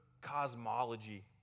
cosmology